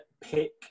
pick